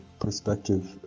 perspective